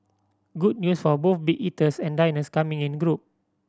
good news for both big eaters and diners coming in group